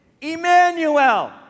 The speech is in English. Emmanuel